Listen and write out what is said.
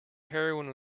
heroin